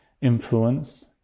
influence